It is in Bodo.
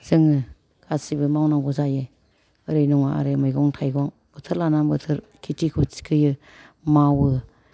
जोङो गासिबो मावनांगौ जायो ओरै नङा ओरै मैगं थाइगं बोथोर लानानै बोथोर खेथिखौ थिखोयो मावो